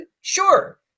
Sure